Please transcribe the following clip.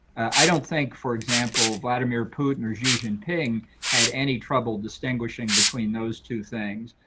i don't think, for example, vladimir putin or xi jinping had any trouble distinguishing between those two things.